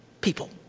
people